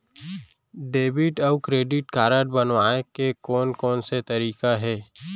Debit अऊ credit card बनवाए के कोन कोन से तरीका हे?